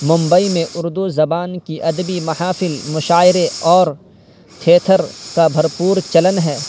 ممبئی میں اردو زبان کی ادبی محافل مشاعرے اور تھیتھر کا بھرپور چلن ہے